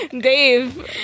Dave